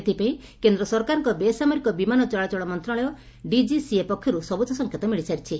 ଏଥପାଇଁ କେନ୍ଦ୍ର ସରକାରଙ୍କ ବେସାମରିକ ବିମାନ ଚଳାଚଳ ମନ୍ତଣାଳୟ ଡିଜିସିଏ ପକ୍ଷରୁ ସବୁଜ ସଂକେତ ମିଳିସାରିଛି